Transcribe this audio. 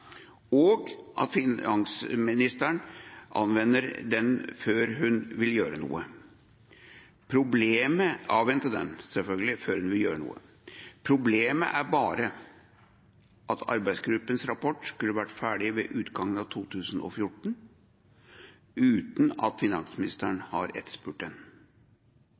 og at finansministeren avventer arbeidsgruppens rapport før hun vil gjøre noe. Problemet er bare at arbeidsgruppens rapport skulle vært ferdig ved utgangen av 2014, uten at finansministeren har etterspurt den.